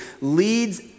leads